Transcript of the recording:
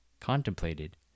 contemplated